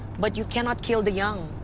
but you cannot kill the young.